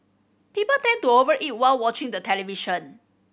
people tend to over eat while watching the television